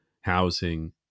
housing